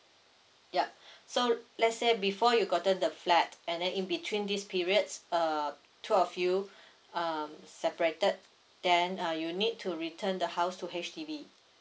yup so let's say before you gotten the flat and then in between these periods uh two of you um separated then uh you need to return the house to H_D_B